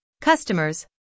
customers